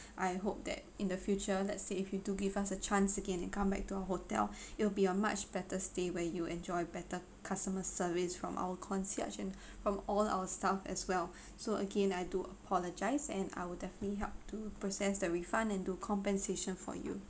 I hope that in the future let's say if you do give us a chance again and come back to our hotel it'll be a much better stay where you enjoy better customer service from our concierge and from all our staff as well so again I do apologise and I will definitely help to process the refund and do compensation for you